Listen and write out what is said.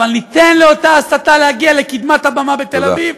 אבל ניתן לאותה הסתה להגיע לקדמת הבמה בתל אביב,